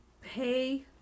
pay